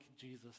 Jesus